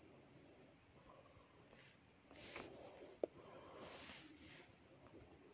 हम लोन ख़रीदने के लिए शाखा प्रबंधक से कैसे मिल सकते हैं?